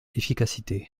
efficacité